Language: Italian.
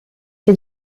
che